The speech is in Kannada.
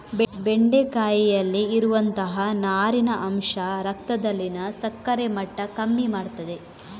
ಬೆಂಡೆಕಾಯಿಯಲ್ಲಿ ಇರುವಂತಹ ನಾರಿನ ಅಂಶ ರಕ್ತದಲ್ಲಿನ ಸಕ್ಕರೆ ಮಟ್ಟ ಕಮ್ಮಿ ಮಾಡ್ತದೆ